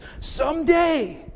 Someday